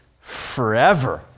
forever